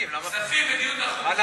אבל יש פה, נעביר את זה לדיון בוועדה.